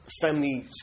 family